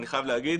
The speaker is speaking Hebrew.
אני חייב להגיד